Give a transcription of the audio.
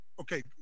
Okay